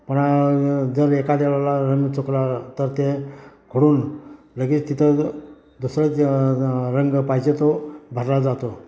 पण जर एखाद्या वेळेला रंग चुकला तर ते खोडून लगेच तिथं दुसरं रंग पाहिजे तो भरला जातो